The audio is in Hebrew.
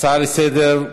הצעות לסדר-היום: